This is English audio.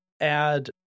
add